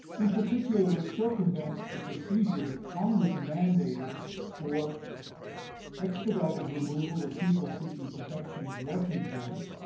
in particular, it circumvents the procedures that congress mandated for expedited removal of people seeking protection as refugees,